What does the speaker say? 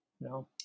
No